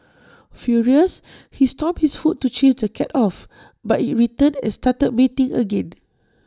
furious he stomped his foot to chase the cat off but IT returned and started mating again